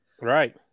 Right